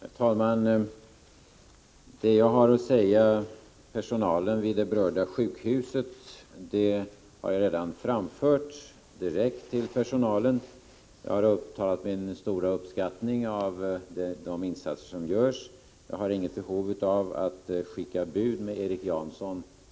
Herr talman! Det jag har att säga till personalen vid det berörda sjukhuset har jag redan framfört direkt till den. Jag har visat min stora uppskattning av de insatser som görs. Det jag har att säga i den frågan har jag inget behov av att skicka med bud med Erik Janson.